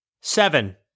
Seven